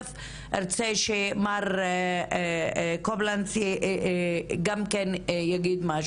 תכף ארצה שמר קובלנץ גם ידבר.